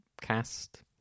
cast